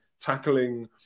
tackling